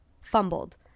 fumbled